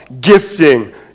gifting